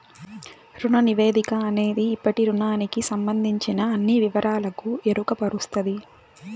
రుణ నివేదిక అనేది ఇప్పటి రుణానికి సంబందించిన అన్ని వివరాలకు ఎరుకపరుస్తది